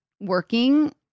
working